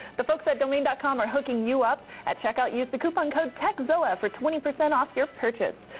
the folks at domain dot com are hooking you up. at checkout use the coupon code tekzilla for twenty percent off your purchase.